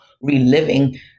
reliving